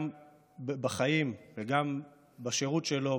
גם בחיים וגם בשירות שלו,